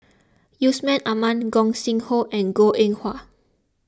Yusman Aman Gog Sing Hooi and Goh Eng Wah